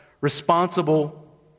responsible